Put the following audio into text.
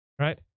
right